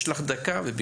יש לך דקה, ובקצרה.